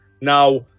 Now